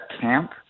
camp